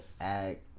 act